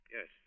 Yes